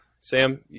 Sam